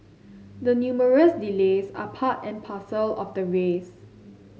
the numerous delays are part and parcel of the race